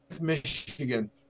Michigan